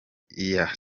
iya